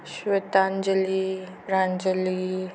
Shwetanjali Ranjali